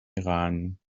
iran